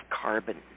carbon